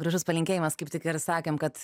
gražus palinkėjimas kaip tik ir sakėm kad